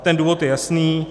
Ten důvod je jasný.